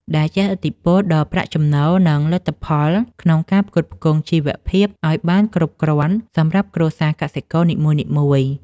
ដែលជះឥទ្ធិពលដល់ប្រាក់ចំណូល និងលទ្ធភាពក្នុងការផ្គត់ផ្គង់ជីវភាពឱ្យបានគ្រប់គ្រាន់សម្រាប់គ្រួសារកសិករនីមួយៗ។